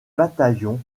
bataillons